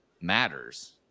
matters